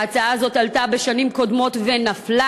ההצעה הזאת עלתה בשנים קודמות ונפלה,